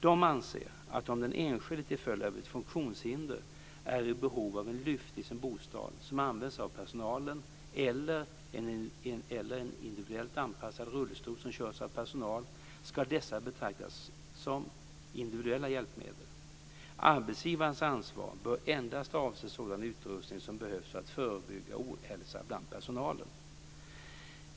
De anser att om den enskilde till följd av ett funktionshinder är i behov av en lyft i sin bostad som används av personalen eller en individuellt anpassad rullstol som körs av personal ska dessa betraktas som individuella hjälpmedel. Arbetsgivarens ansvar bör endast avse sådan utrustning som behövs för att förebygga ohälsa bland personalen.